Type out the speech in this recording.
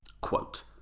Quote